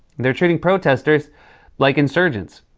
they're treating protesters like insurgents.